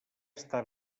està